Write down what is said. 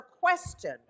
question